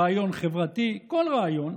רעיון חברתי, כל רעיון,